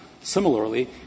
Similarly